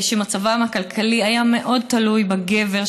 ומצבן הכלכלי היה מאוד תלוי בגבר,